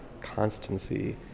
constancy